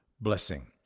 blessing